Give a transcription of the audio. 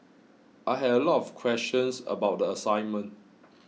I had a lot of questions about the assignment